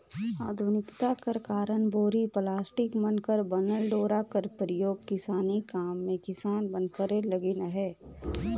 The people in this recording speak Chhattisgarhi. आधुनिकता कर कारन बोरी, पलास्टिक मन कर बनल डोरा कर परियोग किसानी काम मे किसान मन करे लगिन अहे